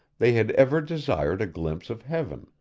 they had ever desired a glimpse of heaven.